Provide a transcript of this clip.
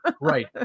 right